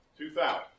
2,000